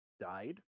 died